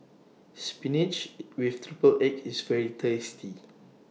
Spinach with Triple Egg IS very tasty